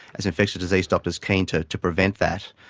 as infectious disease doctors, keen to to prevent that.